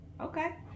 Okay